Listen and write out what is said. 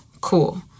cool